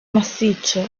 massiccio